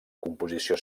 composició